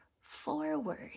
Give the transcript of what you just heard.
forward